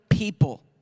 people